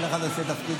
כשתהיה תוצאה.